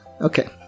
Okay